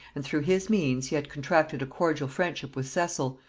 and through his means he had contracted a cordial friendship with cecil,